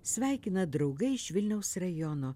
sveikina draugai iš vilniaus rajono